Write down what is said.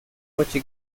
coche